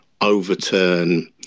overturn